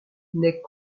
naît